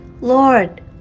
Lord